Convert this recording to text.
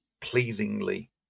pleasingly